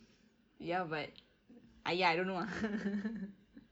ya but !aiya! I don't know ah